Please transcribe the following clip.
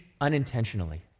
unintentionally